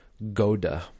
Goda